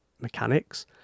mechanics